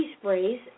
sprays